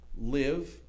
live